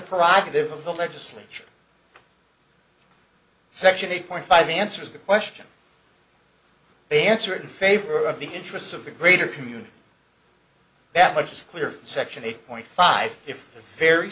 lives of the legislature section eight point five answers the question be answered in favor of the interests of the greater community that much is clear for section eight point five if very